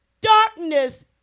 darkness